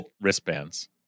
wristbands